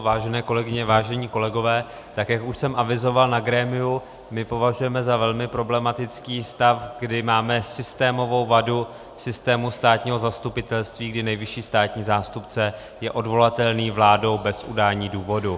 Vážené kolegyně, vážení kolegové, tak, jak už jsem avizoval na grémiu, my považujeme za velmi problematický stav, kdy máme systémovou vadu v systému státního zastupitelství, kdy nejvyšší státní zástupce je odvolatelný vládou bez udání důvodu.